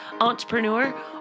Entrepreneur